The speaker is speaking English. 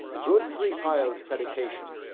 good three pil'd predication,